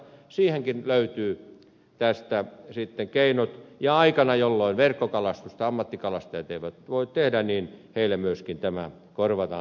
siihenkin löytyy tästä sitten keinot ja aikana jolloin verkkokalastusta ammattikalastajat eivät voi tehdä heille myöskin tämä korvataan